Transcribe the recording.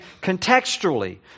contextually